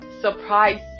surprise